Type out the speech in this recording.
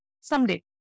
someday